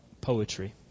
poetry